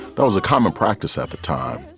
there was a common practice at the time.